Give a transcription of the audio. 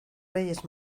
reyes